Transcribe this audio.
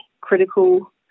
critical